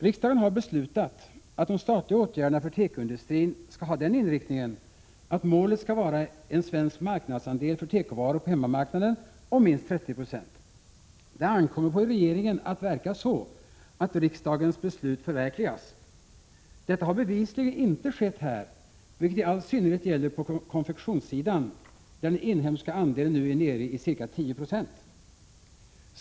Riksdagen har beslutat att de statliga åtgärderna för tekoindustrin skall ha den inriktningen att målet skall vara en svensk marknadsandel för tekovaror på hemmamarknaden om minst 30 26. Det ankommer på regeringen att verka så att riksdagens beslut förverkligas. Detta har bevisligen inte skett i detta fall, vilket i all synnerhet gäller på konfektionssidan där den inhemska andelen nu är nere i ca 10 96.